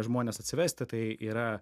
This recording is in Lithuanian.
žmones atsivesti tai yra